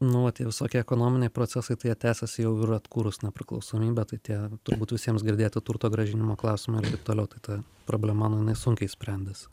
nu va tie visokie ekonominiai procesai tai jie tęsiasi jau ir atkūrus nepriklausomybę tai tie turbūt visiems girdėti turto grąžinimo klausimai ir taip toliau tai ta problema nu jinai sunkiai sprendės